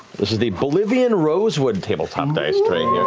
this is the bolivian rosewood tabletop dice tray